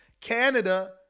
Canada